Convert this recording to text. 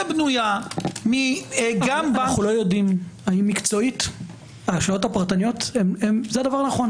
בנויה- - אנו לא יודעים האם מקצועית השעות הפרטניות זה הדבר הנכון.